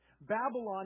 Babylon